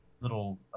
little